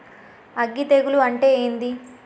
అగ్గి తెగులు అంటే ఏంది?